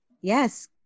Yes